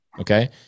Okay